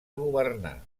governar